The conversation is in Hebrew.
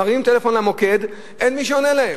מרימים טלפון למוקד, אין מי שעונה להם.